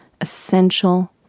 essential